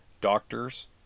doctors